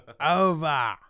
over